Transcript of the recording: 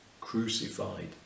crucified